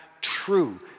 true